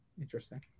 Interesting